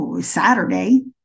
Saturday